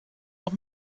auch